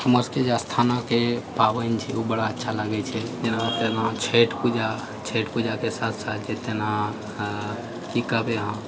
हमर सभकेँ स्थानके पाबनि छै ओ बड़ा अच्छा लागै छै जेना तेना छठि पूजा छठि पूजाके साथ साथ तेना की कहबै अहाँ